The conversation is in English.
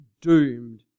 doomed